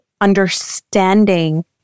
understanding